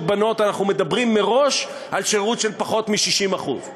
בנות אנחנו מדברים מראש על שירות של פחות מ-60%;